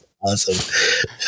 Awesome